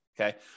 Okay